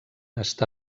està